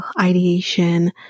ideation